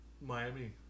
Miami